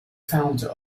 founder